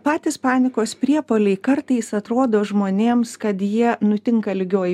patys panikos priepuoliai kartais atrodo žmonėms kad jie nutinka lygioj